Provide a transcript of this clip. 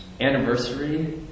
anniversary